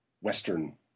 Western